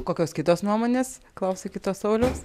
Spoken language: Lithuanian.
kokios kitos nuomonės klausiu kito sauliaus